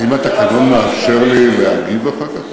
האם התקנון מאפשר לי להגיב אחר כך גם?